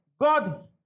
God